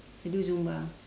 I do zumba